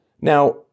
Now